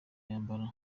yambara